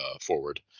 forward